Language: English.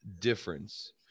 difference